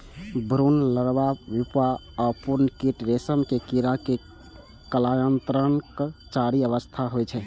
भ्रूण, larva, pupa आ पूर्ण कीट रेशम के कीड़ा के कायांतरणक चारि अवस्था होइ छै